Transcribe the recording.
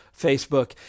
Facebook